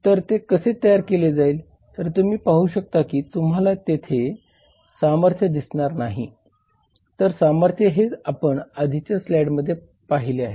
तर ते कसे तयार केले जाईल तर तुम्ही येथे पाहू शकता की तुम्हाला येथे सामर्थ्य दिसणार नाही तर सामर्थ्य हे आपण आधीच्या स्लाइडमध्ये आहेत